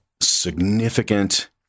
significant